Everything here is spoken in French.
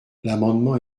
l’amendement